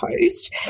post